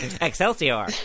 Excelsior